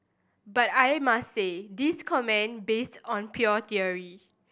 but I must say this comment based on pure theory